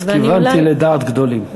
אז כיוונתי לדעת גדולים.